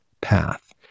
path